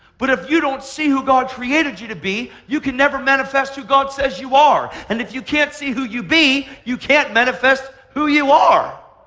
but if you don't see who god created you to be, you can never manifest who god says you are, and if you can't see who you be, you can't manifest who you are.